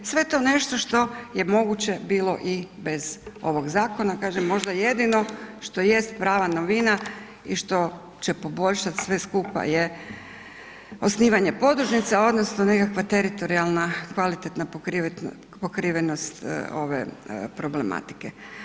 Sve to nešto što je moguće bilo i bez ovoga zakona, kažem možda jedino što jest prava novina i što će poboljšati sve skupa je osnivanje podružnica odnosno nekakva teritorijalna kvalitetna pokrivenost ove problematike.